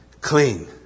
clean